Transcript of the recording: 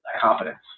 confidence